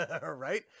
right